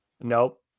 nope